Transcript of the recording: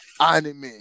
anime